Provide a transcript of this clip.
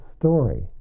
story